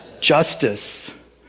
justice